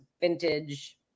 vintage